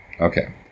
okay